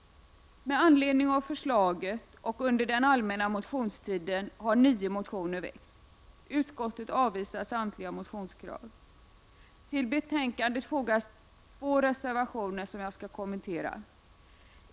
Med anledning av förslaget har det väckts nio motioner under den allmänna motionstiden. Utskottet avstyrker samtliga motionskrav. Till betänkandet har fogats två reservationer, som jag skall kommentera.